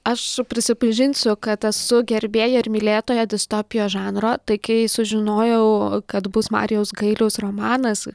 aš prisipažinsiu kad esu gerbėja ir mylėtoja distopijos žanro tai kai sužinojau kad bus marijaus gailiaus romanas